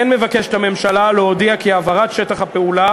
כמו כן מבקשת הממשלה להודיע כי העברת שטח הפעולה